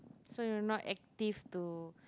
so you've not active to